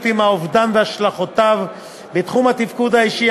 עם האובדן והשלכותיו בתחום התפקוד האישי,